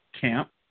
camp